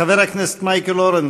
חבר הכנסת מייקל אורן,